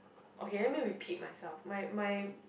okay let me repeat myself my my